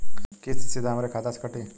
किस्त सीधा हमरे खाता से कटी?